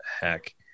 heck